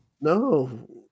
No